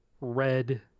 red